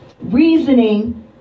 reasoning